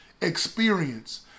experience